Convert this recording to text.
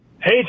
Hey